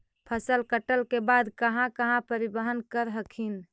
फसल कटल के बाद कहा कहा परिबहन कर हखिन?